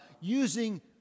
using